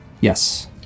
Yes